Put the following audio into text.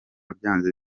byanze